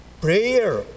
prayer